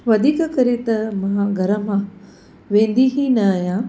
वधीक करे त मां घर मां वेंदी ई न आहियां